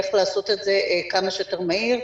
איך לעשות את זה כמה שיותר מהיר,